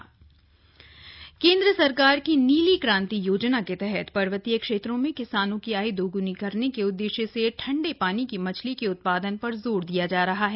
शीतजल मत्स्य केंद्र सरकार की नीली क्रांति योजना के तहत पर्वतीय क्षेत्रों में किसानों की आय दोग्नी करने के उद्देश्य से ठंडे पानी की मछली के उत्पादन पर जोर दिया जा रहा है